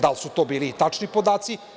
Da li su to bili tačni podaci?